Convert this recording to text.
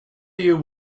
you